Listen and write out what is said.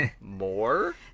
more